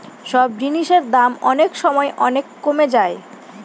সব জিনিসের দাম অনেক সময় অনেক কমে যায়